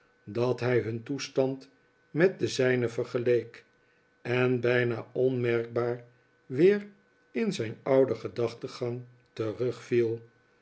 dat hij hun toestand met de zijne vergeleek en bijna onmerkbaar weer in zijn ouden gedachtengang terugviel